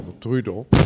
Trudeau